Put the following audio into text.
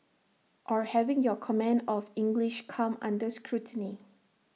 or having your command of English come under scrutiny